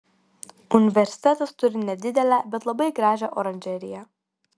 universitetas turi nedidelę bet labai gražią oranžeriją